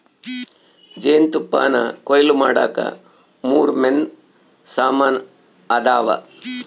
ಜೇನುತುಪ್ಪಾನಕೊಯ್ಲು ಮಾಡಾಕ ಮೂರು ಮೇನ್ ಸಾಮಾನ್ ಅದಾವ